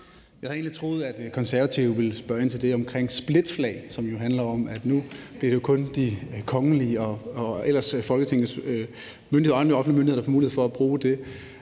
Jeg havde egentlig troet, at Konservative ville spørge ind til det om splitflag, som jo handler om, at det nu kun bliver de kongelige samt Folketinget og andre offentlige myndigheder, der får mulighed for at bruge det.